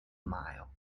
mile